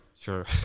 Sure